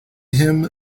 him